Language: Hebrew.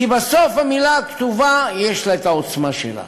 כי בסוף המילה הכתובה, יש לה את העוצמה שלה.